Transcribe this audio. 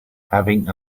having